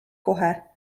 kohe